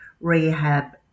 rehab